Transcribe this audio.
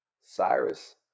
Cyrus